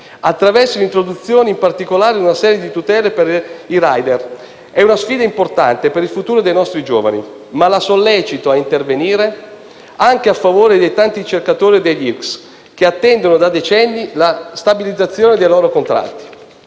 (attraverso l'introduzione, in particolare, di una serie di tutele per i *riders*). È una sfida importante per il futuro dei nostri giovani, ma la sollecito a intervenire anche a favore dei tanti ricercatori degli IRCSS, che attendono da decenni la stabilizzazione dei loro contratti.